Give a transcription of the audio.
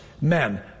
Men